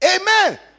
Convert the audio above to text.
Amen